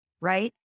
right